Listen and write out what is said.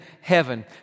heaven